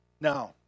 Now